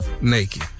naked